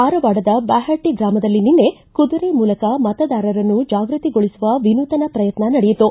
ಧಾರವಾಡದ ಬ್ಯಾಹಟ್ಟ ಗ್ರಾಮದಲ್ಲಿ ನಿನ್ನೆ ಕುದುರೆ ಮೂಲಕ ಮತದಾರರನ್ನು ಜಾಗೃತಿಗೊಳಿಸುವ ವಿನೂತನ ಪ್ರಯತ್ನ ನಡೆಯಿತು